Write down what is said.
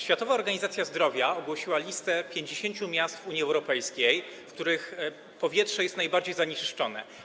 Światowa Organizacja Zdrowia ogłosiła listę 50 miast w Unii Europejskiej, w których powietrze jest najbardziej zanieczyszczone.